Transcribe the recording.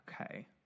Okay